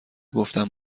گفتم